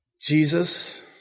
Jesus